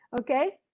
Okay